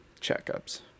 checkups